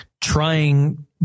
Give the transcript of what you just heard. trying